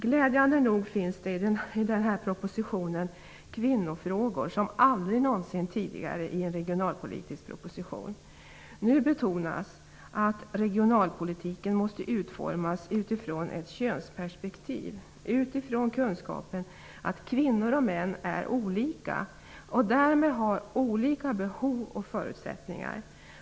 Glädjande nog finns i denna proposition kvinnofrågor som aldrig någonsin tidigare i en regionalpolitisk proposition. Nu betonas att regionalpolitiken måste utformas utifrån ett könsperspektiv och utifrån kunskapen att kvinnor och män är olika och därmed har olika behov och förutsättningar.